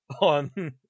on